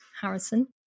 Harrison